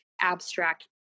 abstract